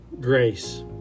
grace